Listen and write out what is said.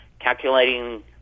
calculating